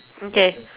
okay